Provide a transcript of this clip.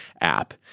app